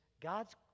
God's